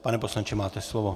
Pane poslanče, máte slovo.